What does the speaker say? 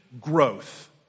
growth